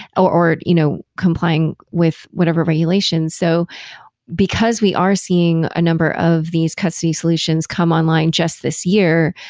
or you know complying with whatever regulations. so because we are seeing a number of these custody solutions come online just this year,